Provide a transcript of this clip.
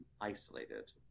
isolated